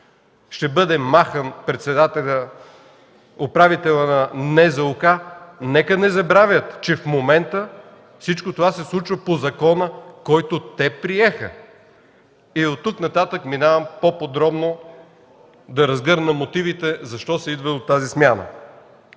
ще бъде махнат управителят на НЗОК, нека не забравят, че в момента всичко това се случва по закона, който те приеха. Оттук нататък минавам към по-подробно разгръщане на мотивите защо се идва до тази смяна.